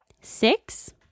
six